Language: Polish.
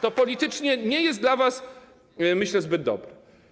To politycznie nie jest dla was, myślę, zbyt dobre.